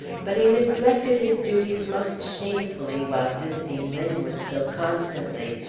but he neglected his duties most shamefully while visiting linwood so constantly,